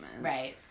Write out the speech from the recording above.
Right